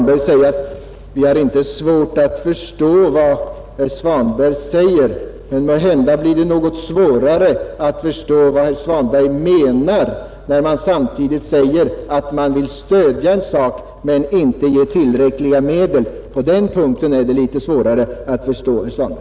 Herr talman! Vi har inte svårt att förstå vad herr Svanberg säger. Måhända blir det något svårare att förstå vad herr Svanberg menar, när han samtidigt säger att han vill stödja en sak men inte vill ge tillräckliga medel. På den punkten är det litet svårare att förstå herr Svanberg.